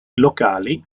locali